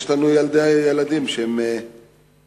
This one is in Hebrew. יש לנו ילדים שהם בני